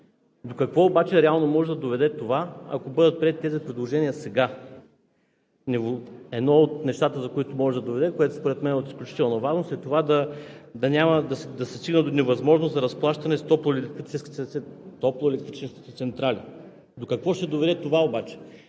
До какво обаче реално може да доведе това, ако бъдат приети тези предложения сега? Едно от нещата, до които може да доведе, което според мен е от изключителна важност, е това да няма, да се стига до невъзможност за разплащане с топлоелектрическите централи. До какво ще доведе това обаче?